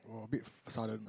orh a bit sudden lah